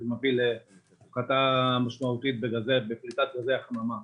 מה שמביא להפחתה משמעותית בפליטת גזי החממה.